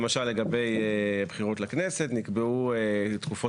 למשל לגבי הבחירות לכנסת נקבעו תקופות